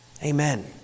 Amen